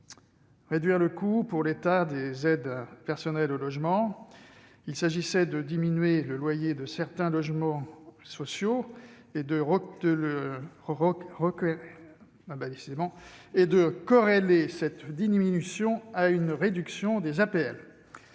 réduire le coût pour l'État des aides personnelles au logement. Il s'agissait de diminuer le loyer de certains logements sociaux en contrepartie d'une diminution des APL.